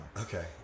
Okay